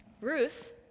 Ruth